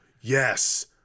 yes